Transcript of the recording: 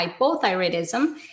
hypothyroidism